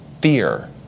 fear